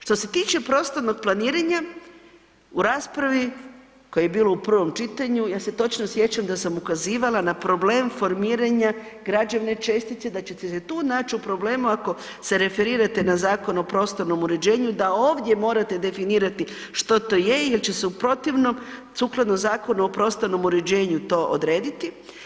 Što se tiče prostornog planiranja, u raspravi koja je bila u prvom čitanju, ja se točno sjećam da sam ukazivala na problem formiranja građevne čestice, da ćete se tu naći u problemu ako se referirate na Zakon o prostornom uređenju da ovdje morate definirati što to je jer će se u protivnom sukladno Zakonu o prostornom uređenju to odrediti.